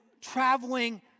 traveling